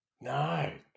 No